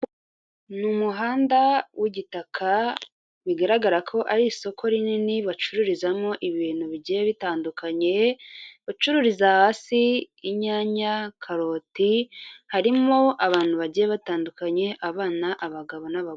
Ni umuhanda w'igitaka, bigaragara ko ari isoko rinini bacururizamo ibintu bigiye bitandukanye, bacururiza hasi; inyanya, karoti, harimo abantu bagiye batandukanye; abana, abagabo, n'abagore.